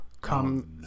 come